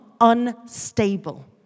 unstable